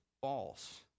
false